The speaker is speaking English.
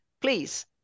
please